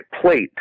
plate